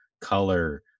color